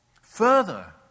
Further